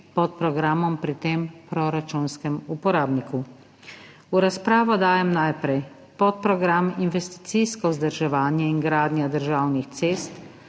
podprogramom pri tem proračunskem uporabniku. V razpravo dajem najprej podprogram Investicijsko vzdrževanje in gradnja državnih cest